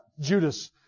Judas